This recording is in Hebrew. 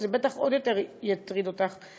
זה בטח עוד יותר יטריד אותך.